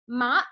ma